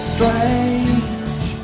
Strange